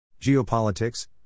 Geopolitics